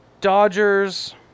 Dodgers